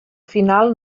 final